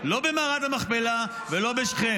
מעניין אותם ארכיאולוגיה, זה הכול.